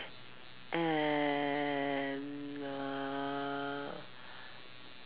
and err